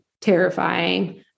terrifying